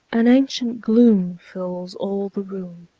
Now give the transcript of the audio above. an ancient gloom fills all the room,